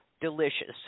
delicious